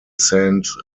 saint